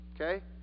Okay